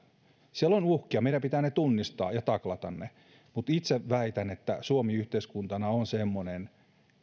siellä on uhkia meidän pitää ne tunnistaa ja taklata mutta itse väitän että suomi yhteiskuntana on semmoinen